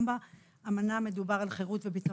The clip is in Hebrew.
גם באמנה מדובר על חירות וביטחון